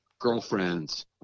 girlfriends